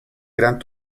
gran